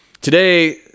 Today